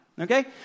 okay